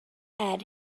add